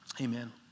Amen